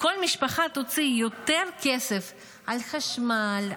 וכל משפחה תוציא יותר כסף על חשמל,